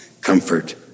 comfort